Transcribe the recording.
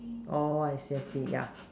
oh I see I see ya